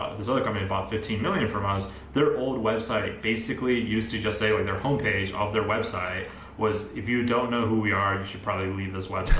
this other company bought fifteen million from us their old website basically used to just say like their homepage of their website was if you don't know who we are, you should probably leave this website